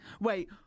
Wait